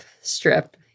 strip